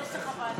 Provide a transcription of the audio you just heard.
כנוסח הוועדה.